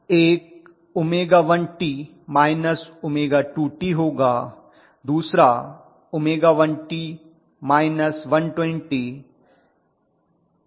एक 𝜔1t −𝜔2t होगा दूसरा 𝜔1t −120−𝜔2t 120 होगा